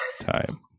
time